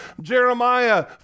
Jeremiah